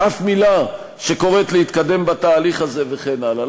אף מילה שקוראת להתקדם בתהליך הזה וכן הלאה.